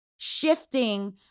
Shifting